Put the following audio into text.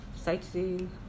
sightseeing